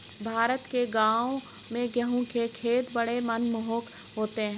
भारत के गांवों में गेहूं के खेत बड़े मनमोहक होते हैं